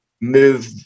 move